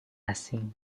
asing